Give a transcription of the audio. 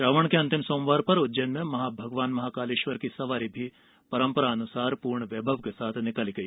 श्रावण के अंतिम सोमवार पर उज्जैन में भगवान महाकालेश्वर की सवारी परम्परा अनुसार पूर्ण वैभव के साथ निकाली गई